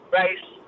race